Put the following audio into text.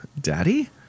daddy